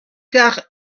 car